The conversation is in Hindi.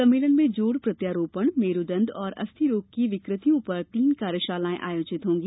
सम्मेलन में जोड़ प्रत्यारोपण मेरूदंड और अस्थि रोग की विकृतियों पर तीन कार्यशालाएं आयोजित होंगी